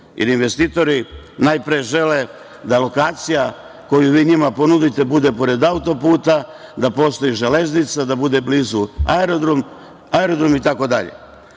jer investitori, najpre, žele da lokacija koju vi njima ponudite bude pored autoputa, da postoji železnica, da bude blizu aerodrom i tako dalje. Možemo